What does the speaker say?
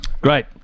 Great